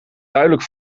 duidelijk